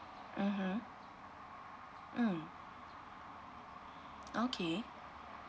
mmhmm mm okay